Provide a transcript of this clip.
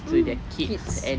mm kids